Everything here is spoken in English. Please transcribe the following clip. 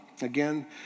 Again